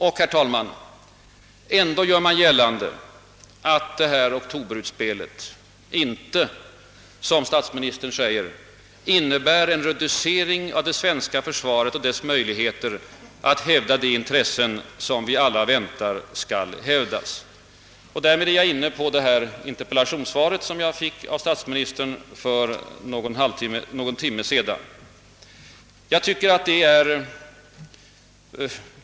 Och, herr talman, ändå gör man som statsministern gällande att oktoberutspelet inte »innebär en reducering av det svenska försvaret och dess möjligheter att hävda de intressen, som vi alla väntar skall hävdas». Därmed är jag inne på interpellationssvaret, som jag fick av statsministern för någon timme sedan.